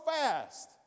fast